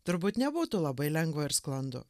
turbūt nebūtų labai lengva ir sklandu